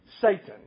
Satan